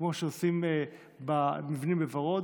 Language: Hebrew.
כמו שעושים עם המבנים בוורוד,